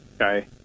okay